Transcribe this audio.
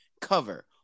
Cover